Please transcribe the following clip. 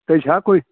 त छा कोई